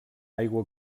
aigua